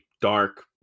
dark